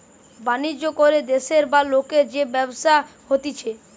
বাণিজ্য করে দেশের বা লোকের যে ব্যবসা হতিছে